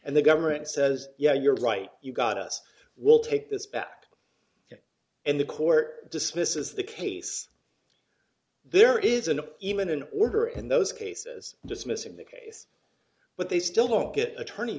and the government says yeah you're right you got us we'll take this back and the court dismisses the case there is an even an order in those cases dismissing the case but they still don't get attorney